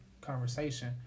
conversation